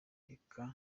reka